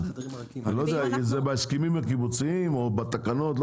אני לא יודע אם זה בהסכמים קיבוציים או בתקנות.